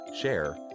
share